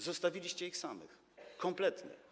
Zostawiliście ich samych, kompletnie.